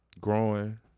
Growing